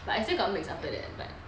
but I still got mix after that but